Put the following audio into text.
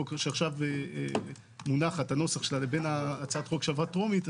הצעת החוק שעכשיו מונחת לבין הצעת החוק שעברה בטרומית,